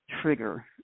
trigger